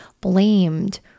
blamed